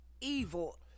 evil